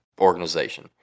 organization